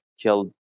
killed